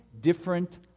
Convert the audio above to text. different